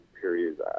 periods